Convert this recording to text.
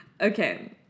Okay